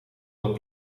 het